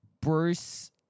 Bruce